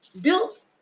built